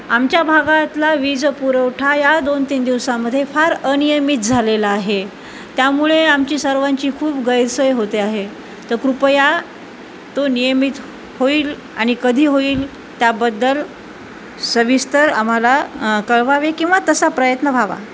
आमच्या भागातला वीज पुरवठा या दोन तीन दिवसामध्ये फार अनियमित झालेला आहे त्यामुळे आमची सर्वांची खूप गैरसोय होते आहे तर कृपया तो नियमित होईल आणि कधी होईल त्याबद्दल सविस्तर आम्हाला कळवावे किंवा तसा प्रयत्न व्हावा